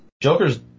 Joker's